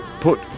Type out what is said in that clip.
put